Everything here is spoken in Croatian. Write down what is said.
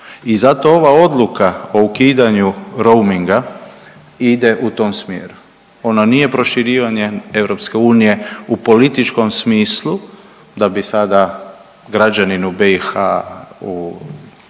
I zato ova odluka o ukidanju roaminga ide u tom smjeru. Ono nije proširivanje EU u političkom smislu da bi sada građanin u BiH, u